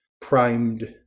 primed